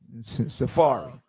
safari